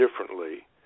differently